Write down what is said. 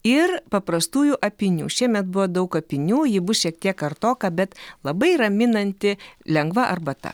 ir paprastųjų apynių šiemet buvo daug apynių ji bus šiek tiek kartoka bet labai raminanti lengva arbata